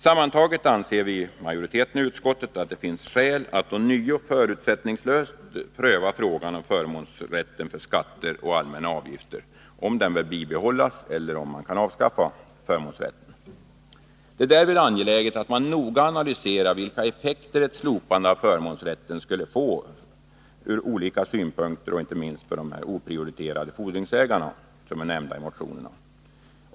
Sammantaget anser vi inom utskottsmajoriteten att det finns skäl att ånyo förutsättningslöst pröva frågan, om förmånsrätten för skatter och allmänna avgifter bör bibehållas eller om den kan avskaffas. Det är därvid angeläget att man noga analyserar vilka effekter ett slopande av förmånsrätten skulle få ur olika synpunkter, inte minst för de oprioriterade fordringsägarna som är nämnda i motionerna.